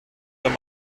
wenn